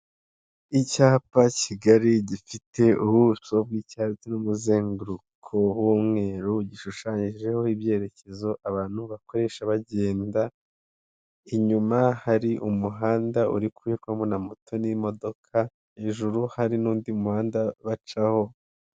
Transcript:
Icyapa kigari gifite ubuso bw'icyatsi n'umuzenguruko w'umweru, gishushanyijeho ibyerekezo abantu bakoresha bagenda, inyuma hari umuhanda uri kunyurwamo na moto n'imodoka, hejuru hari n'undi muhanda bacaho.